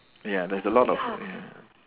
ya there's a lot of ya